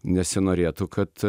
nesinorėtų kad